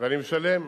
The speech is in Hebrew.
ואני משלם.